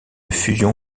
fusion